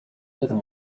rhythm